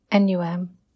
NUM